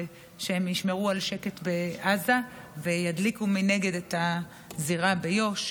שהם ישמרו על שקט בעזה וידליקו מנגד את הזירה ביו"ש.